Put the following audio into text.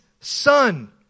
son